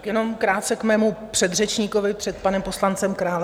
Jenom krátce k mému předřečníkovi před panem poslancem Králem.